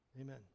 Amen